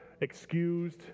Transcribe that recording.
excused